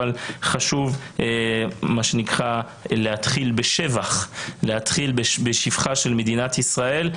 אבל חשוב להתחיל בשבחה של מדינת ישראל.